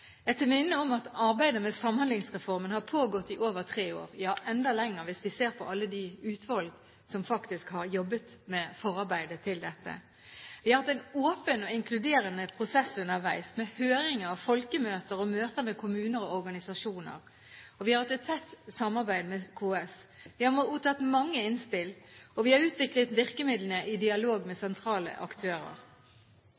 Jeg tør minne om at arbeidet med Samhandlingsreformen har pågått i over tre år – ja, enda lenger hvis vi ser på alle de utvalg som faktisk har jobbet med forarbeidet til dette. Vi har hatt en åpen og inkluderende prosess underveis, med høringer, folkemøter og møter med kommuner og organisasjoner. Vi har hatt et tett samarbeid med KS. Vi har mottatt mange innspill, og vi har utviklet virkemidlene i dialog med